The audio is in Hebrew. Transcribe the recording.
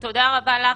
סיגל, תודה רבה לך.